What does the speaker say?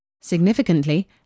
Significantly